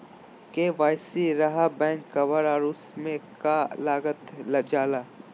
KYC रहा back cover और उसमें का का लागल जाला?